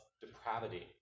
depravity